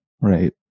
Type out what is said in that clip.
right